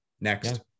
Next